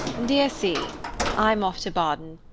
dear c i'm off to baden.